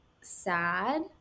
sad